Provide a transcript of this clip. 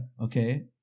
Okay